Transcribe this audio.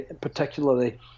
particularly